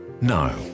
no